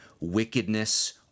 wickedness